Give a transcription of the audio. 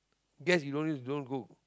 guess you always you don't cook